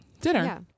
dinner